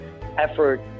effort